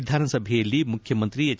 ವಿಧಾನಸಭೆಯಲ್ಲಿ ಮುಖ್ಯಮಂತ್ರಿ ಎಚ್